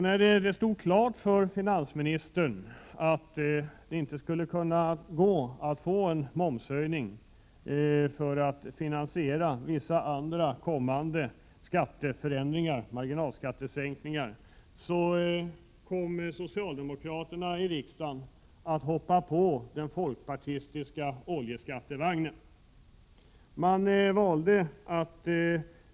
När det stod klart för finansministern att han inte skulle få en majoritet för förslaget om en höjning av momsen för att därigenom finansiera vissa kommande marginalskattesänkningar, hoppade socialdemokraterna så att säga på den folkpartistiska oljeskattevagnen.